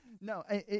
No